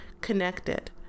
connected